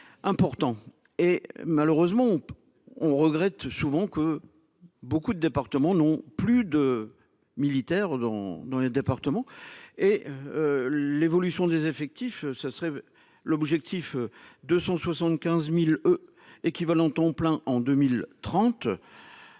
Importants et malheureusement. On regrette souvent que beaucoup de départements non plus de militaires dans dans les départements et. L'évolution des effectifs. Ce serait l'objectif de 175.000. Et qui Valenton plein en 2030.